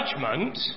judgment